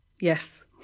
Yes